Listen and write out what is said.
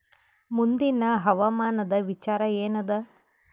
ಮುಂದಿನ ಹವಾಮಾನದ ವಿಚಾರ ಏನದ?